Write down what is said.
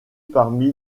parmi